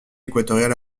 équatoriale